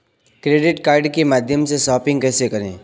Credit card के माध्यम से शॉपिंग कैसे करें?